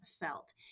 felt